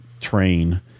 train